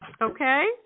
Okay